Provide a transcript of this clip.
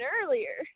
earlier